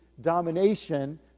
domination